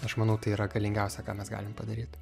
aš manau tai yra galingiausia ką mes galim padaryt